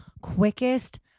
quickest